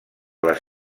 les